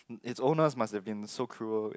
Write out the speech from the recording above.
it is honest must be in so cruel